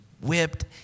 whipped